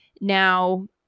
Now